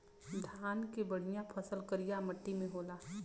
धान के बढ़िया फसल करिया मट्टी में होला